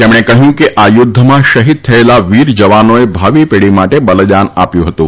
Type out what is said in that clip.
તેમણે કહ્યું કે આ યુદ્ધમાં શહીદ થયેલા વીર જવાનોએ ભાવિ પેઢી માટે બલિદાન આપ્યું હતું